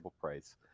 price